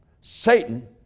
Satan